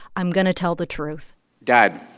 i'm going to tell the truth dad,